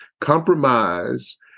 compromise